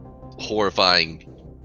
horrifying